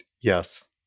Yes